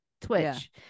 Twitch